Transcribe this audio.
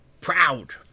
proud